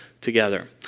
together